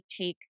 take